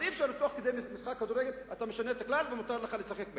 ואי-אפשר תוך כדי משחק כדורגל לשנות את הכלל ומותר לשחק ביד,